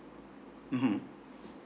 mmhmm